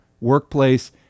workplace